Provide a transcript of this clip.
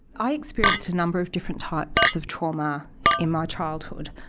i experienced a number of different types of trauma in my childhood.